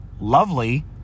lovely